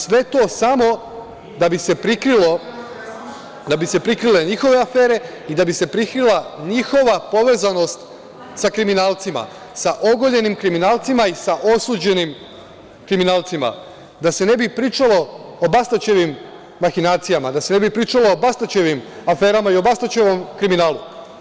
Sve to samo da bi se prikrile njihove afere i da bi se prikrila njihova povezanost sa kriminalcima, sa ogoljenim kriminalcima i sa osuđenim kriminalcima, da se ne bi pričalo o Bastaćevim mahinacijama, da se ne bi pričalo o Bastaćevim aferama i o Bastaćevom kriminalu.